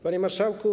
Panie Marszałku!